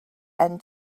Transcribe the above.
end